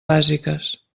bàsiques